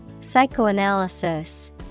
Psychoanalysis